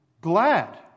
glad